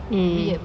mm